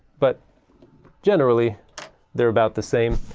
but generally they're about the same,